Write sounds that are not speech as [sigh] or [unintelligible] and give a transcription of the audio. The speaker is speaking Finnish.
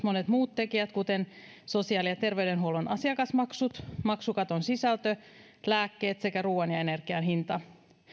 [unintelligible] monet muut tekijät kuten sosiaali ja terveydenhuollon asiakasmaksut maksukaton sisältö lääkkeet sekä ruuan ja energian hinta